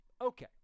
Okay